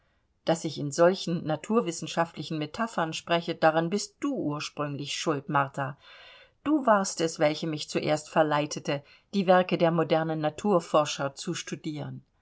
daß ich in solchen naturwissenschaftlichen metaphern spreche daran bist du ursprünglich schuld martha du warst es welche mich zuerst verleitete die werke der modernen naturforscher zu studieren